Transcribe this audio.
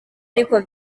ariko